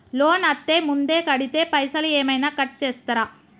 Loan అత్తే ముందే కడితే పైసలు ఏమైనా కట్ చేస్తరా?